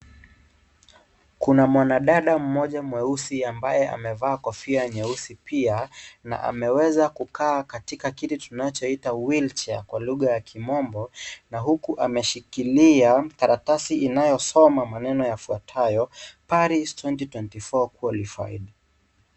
Kuna mwanadada mmoja mweusi ambaye amevaa kofia nyeusi pia, na ameweza kukaa katika kiti tunachoita wheelchair kwa lugha ya kimombo, na huku ameshikilia karatasi inayosoma maneno yafuatayo; Paris 2024 Qualified .